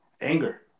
Anger